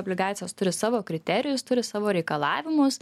obligacijos turi savo kriterijus turi savo reikalavimus